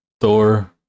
Thor